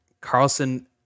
Carlson